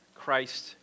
Christ